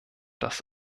das